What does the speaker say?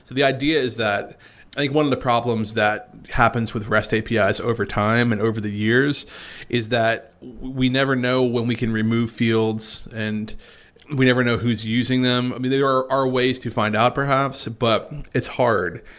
the idea is that i think one of the problems that happens with rest api's ah over time and over the years is that we never know when we can remove fields and we never know who's using them. i mean there are are ways to find out perhaps, but it's hard.